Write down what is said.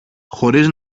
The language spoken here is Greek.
χωρίς